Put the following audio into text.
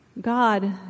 God